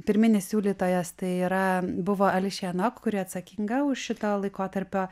pirminis siūlytojas tai yra buvo ališija nok kuri atsakinga už šito laikotarpio